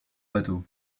bateau